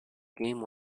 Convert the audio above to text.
game